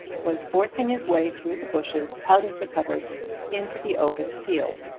was forcing his way through the bushes, out of the coverts into the open field.